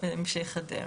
להמשך הדרך.